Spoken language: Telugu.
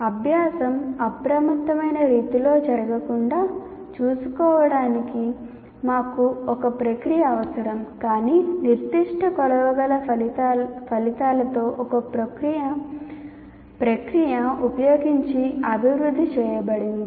అభ్యాసం అప్రమత్తమైన రీతిలో జరగకుండా చూసుకోవడానికి మాకు ఒక ప్రక్రియ అవసరం కానీ నిర్దిష్ట కొలవగల ఫలితాలతో ఒక ప్రక్రియను ఉపయోగించి అభివృద్ధి చేయబడింది